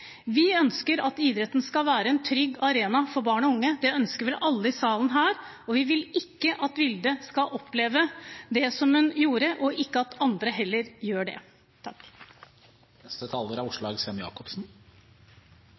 Vi ønsker at idretten skal være en trygg arena for barn og unge. Det ønsker vel alle i denne salen, og vi vil ikke at Vilde skal oppleve det som hun gjorde, og heller ikke at andre gjør det.